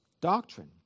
doctrine